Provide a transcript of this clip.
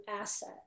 asset